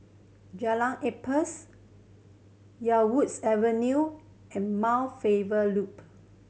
Jalan Ampas Yarwoods Avenue and Mount Faber Loop